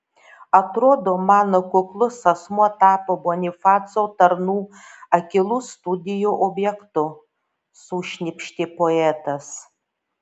atrodo mano kuklus asmuo tapo bonifaco tarnų akylų studijų objektu sušnypštė poetas